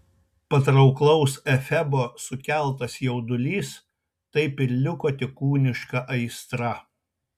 patrauklaus efebo sukeltas jaudulys taip ir liko tik kūniška aistra